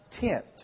tent